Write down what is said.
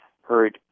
heard